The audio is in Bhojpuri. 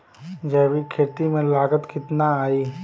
जैविक खेती में लागत कितना आई?